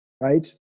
right